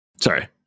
sorry